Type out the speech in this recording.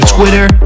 Twitter